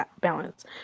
balance